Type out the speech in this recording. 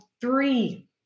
three